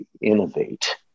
innovate